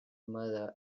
mother